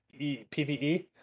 PVE